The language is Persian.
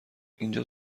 اینجا